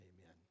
amen